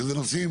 שאלה נושאים